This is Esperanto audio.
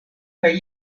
kaj